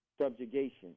subjugation